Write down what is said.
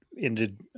ended